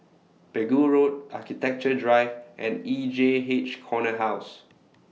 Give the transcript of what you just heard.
Pegu Road Architecture Drive and E J H Corner House